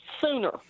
sooner